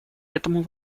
этому